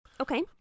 Okay